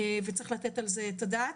וצריך לתת על זה את הדעת.